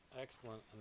excellent